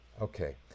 Okay